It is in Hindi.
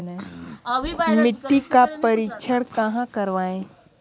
मिट्टी का परीक्षण कहाँ करवाएँ?